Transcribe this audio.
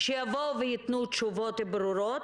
שיבואו ויתנו תשובות ברורות.